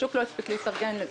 השוק לא הספיק להתארגן לזה.